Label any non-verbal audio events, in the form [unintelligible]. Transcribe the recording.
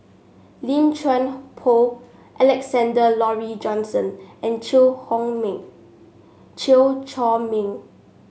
Lim Chuan Poh Alexander Laurie Johnston and Chew [unintelligible] Meng Chew Chor Meng